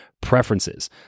preferences